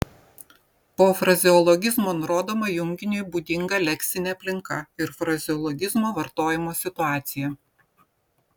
po frazeologizmo nurodoma junginiui būdinga leksinė aplinka ir frazeologizmo vartojimo situacija